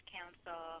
Council